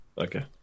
Okay